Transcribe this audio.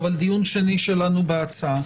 אבל זהו הדיון השני שלנו בהצעה.